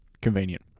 Convenient